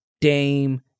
Dame